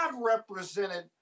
represented